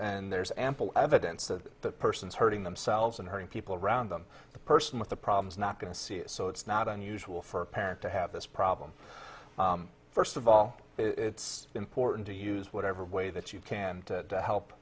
and there's ample evidence that that person is hurting themselves and hurting people around them the person with the problem is not going to see it so it's not unusual for a parent to have this problem first of all it's important to use whatever way that you can to help